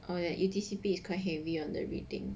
oh ya U_T_C_P it's quite heavy on the reading